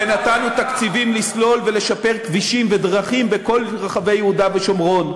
ונתנו תקציבים לסלול ולשפר כבישים ודרכים בכל רחבי יהודה ושומרון,